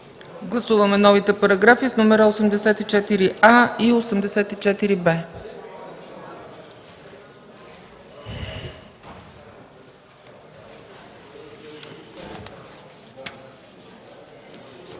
Гласуваме новите параграфи с номера 84а и 84б.